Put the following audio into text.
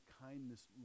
kindness